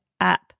up